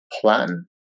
plan